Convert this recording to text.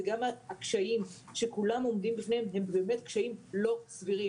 וגם הקשיים שכולם עומדים בפניהם הם באמת קשיים לא סבירים.